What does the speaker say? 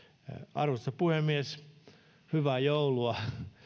arvoisa puhemies hyvää joulua